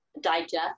digest